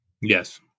Yes